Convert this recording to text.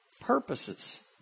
purposes